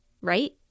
right